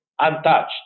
untouched